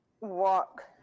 walk